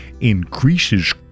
increases